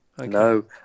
No